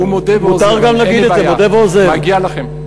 מגיע לכם.